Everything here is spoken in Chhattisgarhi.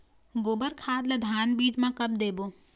गोबर खाद ला धान बीज म कब देबो?